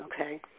Okay